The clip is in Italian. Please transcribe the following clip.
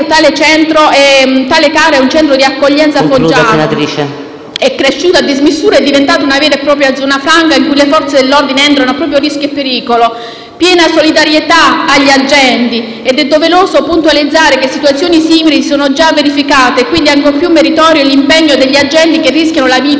è cresciuto a dismisura, diventando una vera e propria zona franca in cui le Forze dell'ordine entrano a proprio rischio e pericolo. Piena solidarietà agli agenti. È doveroso puntualizzare che situazioni simili si sono già verificate e, quindi, ancor più meritorio è l'impegno degli agenti che rischiano la vita con dignità, grande spirito di sacrificio e senso del dovere.